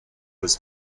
was